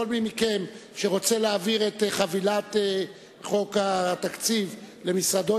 מי מכם שרוצה להעביר את חבילת חוק התקציב למשרדו,